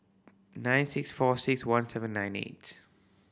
nine six four six one seven nine eight